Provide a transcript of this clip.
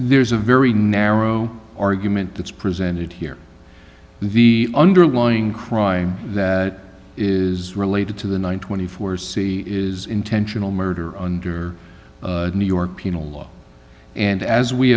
there's a very narrow argument that's presented here the underlying crime that is related to the one twenty four c is intentional murder under new york penal law and as we